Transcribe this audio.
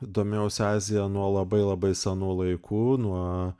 domėjausi azija nuo labai labai senų laikų nuo